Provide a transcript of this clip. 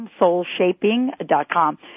Soulshaping.com